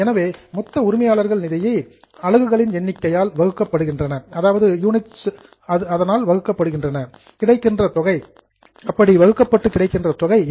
எனவே மொத்த உரிமையாளர்கள் நிதியை அலகுகளின் எண்ணிக்கையால் வகுக்கப்பட்டு கிடைக்கின்ற தொகை என்